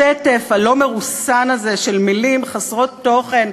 השטף הלא-מרוסן הזה של מילים חסרות תוכן,